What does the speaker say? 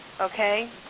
okay